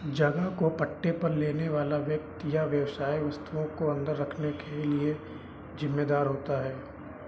जगह को पट्टे पर लेने वाला व्यक्ति या व्यवसाय वस्तुओं को अन्दर रखने के लिए जिम्मेदार होता है